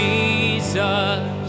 Jesus